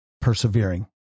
persevering